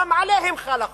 גם עליהם חל החוק.